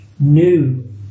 New